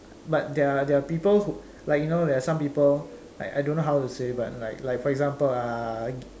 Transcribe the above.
but there are there are people who like you know there are some people like I don't know how to say but like for example uh